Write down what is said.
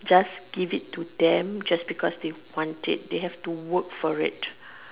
just give it to them just because they want it they have to work for it